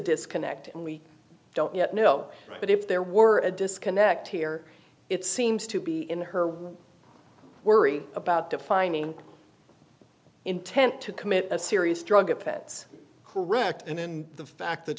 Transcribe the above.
disconnect and we don't yet know but if there were a disconnect here it seems to be in her worry about defining intent to commit a serious drug effects correct and the fact that